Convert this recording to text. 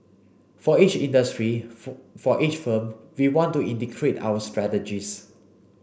for each industry for each firm we want to integrate our strategies